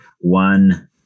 one